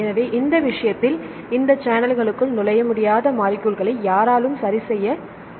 எனவே இந்த விஷயத்தில் இந்த சேனல்களுக்குள் நுழைய முடியாத மாலிக்யூல்களை யாராலும் சரியாக செய்ய முடியாது